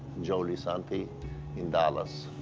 joe lisanti in dallas.